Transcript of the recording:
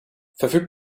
verfügt